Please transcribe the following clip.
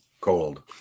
cold